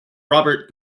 robert